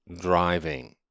driving